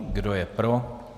Kdo je pro?